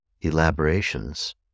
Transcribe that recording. elaborations